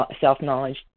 self-knowledge